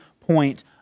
point